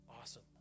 Awesome